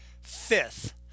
Fifth